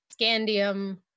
scandium